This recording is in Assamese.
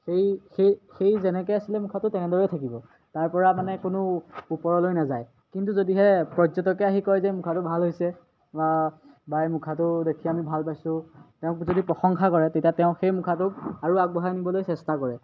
সেই সেই সেই যেনেকৈ আছিলে মুখাটো তেনেদৰে থাকিব তাৰপৰা মানে কোনো ওপৰলৈ নাযায় কিন্তু যদিহে পৰ্যটকে আহি কয় যে মুখাটো ভাল হৈছে বা বা এই মুখাটো দেখি আমি ভাল পাইছোঁ তেওঁক যদি প্ৰশংসা কৰে তেতিয়া তেওঁ সেই মুখাটোক আৰু আগবঢ়াই নিবলৈ চেষ্টা কৰে